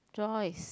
Joyce